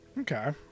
Okay